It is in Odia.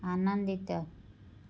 ଆନନ୍ଦିତ